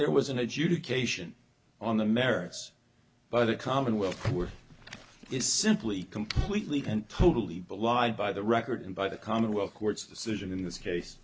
there was an adjudication on the merits by the commonwealth were is simply completely and totally belied by the record and by the commonwealth court's decision in this case